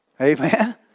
Amen